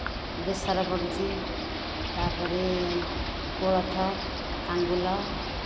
ବେସର ପଡ଼ୁଛି ତାପରେ କୋଳଥ କାଙ୍ଗୁଲ